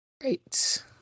Great